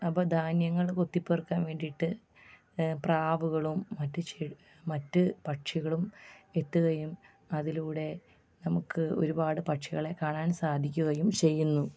അപ്പം ധാന്യങ്ങൾ കൊത്തിപ്പെറുക്കാൻ വേണ്ടീട്ട് പ്രാവുകളും മറ്റ് ചെ മറ്റ് പക്ഷികളും എത്തുകയും അതിലൂടെ നമുക്ക് ഒരുപാട് പക്ഷികളെ കാണാൻ സാധിക്കുകയും ചെയ്യുന്നു